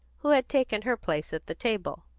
who had taken her place at the table.